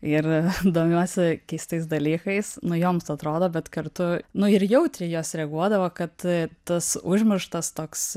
ir domiuosi keistais dalykais nu joms atrodo bet kartu nu ir jautriai juos reaguodavo kad tas užmirštas toks